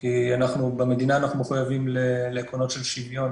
כי במדינה מחויבים לעקרונות של שוויון